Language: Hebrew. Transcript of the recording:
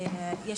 לדעתי,